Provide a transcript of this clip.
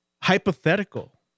hypothetical